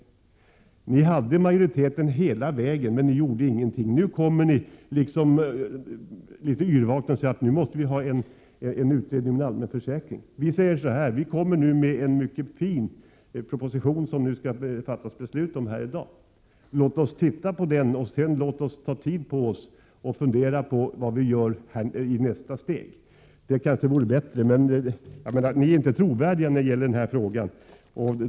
Ni hade majoritet hela vägen, men ni gjorde ingenting. Nu kommer ni litet yrvakna och säger att nu måste vi ha en utredning om en allmän försäkring. Vi säger så här: Vi har fått en mycket fin proposition som vi skall fatta beslut om i dag. Låt oss se på den och låt oss sedan ta tid på oss och fundera vad vi skall göra i nästa steg. Ni är inte trovärdiga i denna fråga.